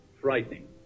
frightening